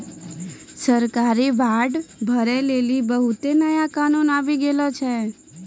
सरकारी बांड भरै लेली बहुते नया कानून आबि गेलो छै